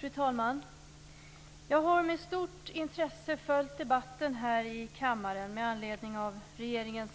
Fru talman! Jag har med stort intresse följt debatten här i kammaren med anledning av regeringens